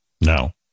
No